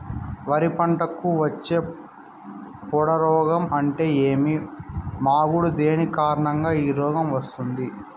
వరి పంటకు వచ్చే పొడ రోగం అంటే ఏమి? మాగుడు దేని కారణంగా ఈ రోగం వస్తుంది?